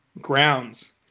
grounds